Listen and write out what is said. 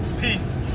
Peace